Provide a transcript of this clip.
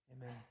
Amen